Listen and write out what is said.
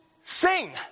sing